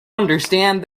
understand